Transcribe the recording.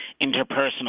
interpersonal